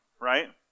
right